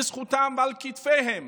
בזכותם ועל כתפיהם